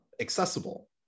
Accessible